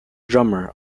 drummer